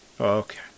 Okay